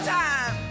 time